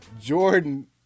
Jordan